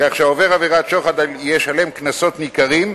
כך שהעובר עבירת שוחד ישלם קנסות ניכרים,